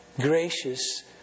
gracious